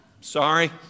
Sorry